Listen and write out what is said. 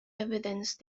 evidence